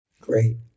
Great